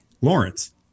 Lawrence